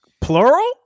Plural